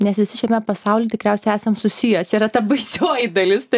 nes visi šiame pasauly tikriausiai esam susiję čia yra ta baisioji dalis taip kad